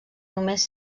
només